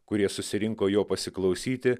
kurie susirinko jo pasiklausyti